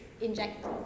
inject